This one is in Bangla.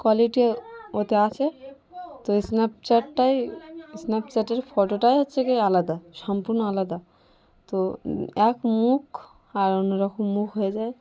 কোয়ালিটি ওতে আছে তো স্ন্যাপচ্যাটটাই স্ন্যাপচ্যাটের ফটোটাই হচ্ছে কি আলাদা সম্পূর্ণ আলাদা তো এক মুখ আর অন্য রকম মুখ হয়ে যায়